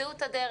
תמצאו את הדרך.